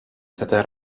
stata